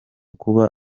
kuba